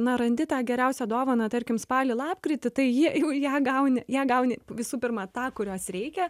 na randi tą geriausią dovaną tarkim spalį lapkritį tai ji jau ją gauni ją gauni visų pirma tą kurios reikia